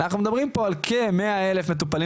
אנחנו מדברים פה על כ-100,000 מטופלים